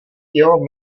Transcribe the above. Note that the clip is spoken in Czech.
jeho